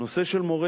נושא מורי